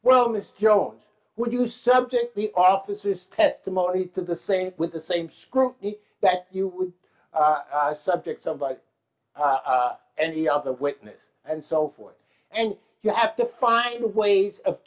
well mr jones would you subject the officers testimony to the same with the same scrutiny that you would subject somebody any other witness and so forth and you have to find ways of